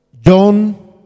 John